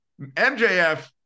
MJF